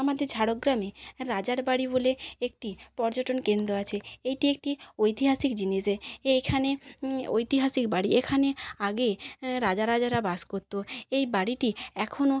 আমাদের ঝাড়গ্রামে রাজার বাড়ি বলে একটি পর্যটন কেন্দ্র আছে এইটি একটি ঐতিহাসিক জিনিসে এখানে ঐতিহাসিক বাড়ি এখানে আগে রাজা রাজারা বাস করতো এই বাড়িটি এখনো